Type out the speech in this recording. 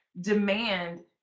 demand